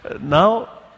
Now